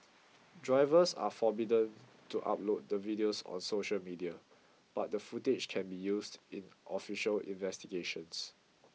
drivers are forbidden to upload the videos on social media but the footage can be used in official investigations